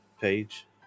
page